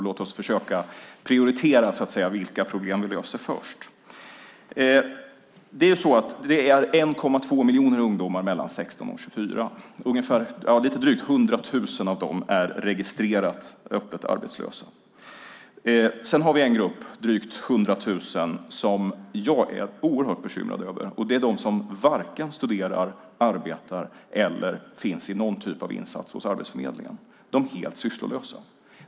Låt oss försöka prioritera vilka problem vi löser först. Det finns 1,2 miljoner ungdomar mellan 16 och 24 år. Lite drygt 100 000 av dem är registrerat öppet arbetslösa. Sedan har vi en grupp på drygt 100 000 som jag är oerhört bekymrad över. Det är de som varken studerar, arbetar eller finns i någon typ av insats hos Arbetsförmedlingen - de helt sysslolösa.